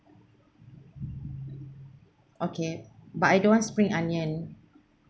okay but I don't want spring onion